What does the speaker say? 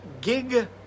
Gig